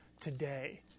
today